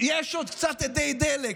יש עוד קצת אדי דלק,